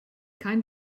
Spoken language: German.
kein